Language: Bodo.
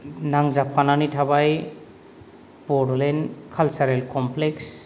नांजाबफानानै थाबाय बड'लेण्ड कालसारेल कमप्लेक्स